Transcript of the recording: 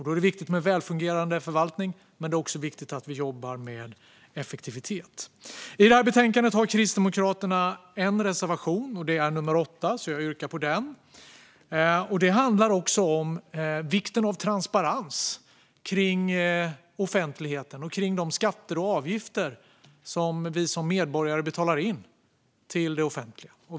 Då är det viktigt med välfungerande förvaltning, men det är också viktigt att vi jobbar med effektivitet. I betänkandet har Kristdemokraterna en reservation, nummer 8, och jag yrkar bifall till den. Det handlar om vikten av transparens kring offentligheten och kring de skatter och avgifter som vi som medborgare betalar in till det offentliga.